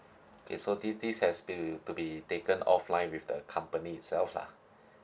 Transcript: okay so this this has to to be taken offline with the company itself lah